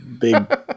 big